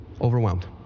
overwhelmed